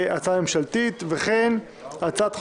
התש"ף-2020 הצעה ממשלתית; הצעת חוק